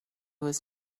was